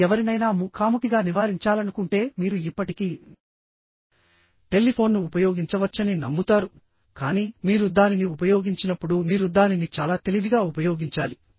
మీరు ఎవరినైనా ముఖాముఖిగా నివారించాలనుకుంటే మీరు ఇప్పటికీటెలిఫోన్ను ఉపయోగించవచ్చని నమ్ముతారుకానీ మీరు దానిని ఉపయోగించినప్పుడు మీరు దానిని చాలా తెలివిగా ఉపయోగించాలి